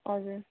हजुर